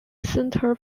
centre